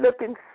looking